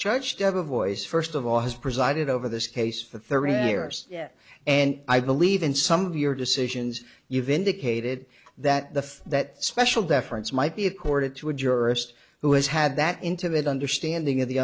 voice first of all has presided over this case for thirty years yet and i believe in some of your decisions you've indicated that the that special deference might be accorded to a jurist who has had that intimate understanding of the